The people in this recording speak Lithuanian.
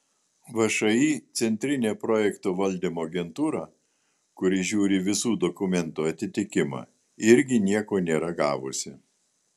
všį centrinė projektų valdymo agentūra kuri žiūri visų dokumentų atitikimą irgi nieko nėra gavusi